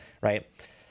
Right